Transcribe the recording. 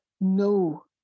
no